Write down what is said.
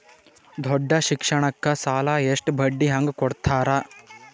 ದೊಡ್ಡ ಶಿಕ್ಷಣಕ್ಕ ಸಾಲ ಎಷ್ಟ ಬಡ್ಡಿ ಹಂಗ ಕೊಡ್ತಾರ?